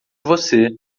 você